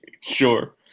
Sure